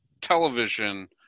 television